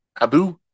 Abu